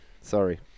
Sorry